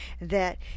that